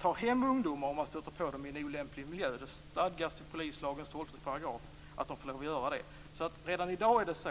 tar hem ungdomar om man stöter på dem i en olämplig miljö, det stadgas i polislagens 12 §. Det är inget konstigt med det.